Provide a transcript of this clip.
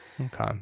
Okay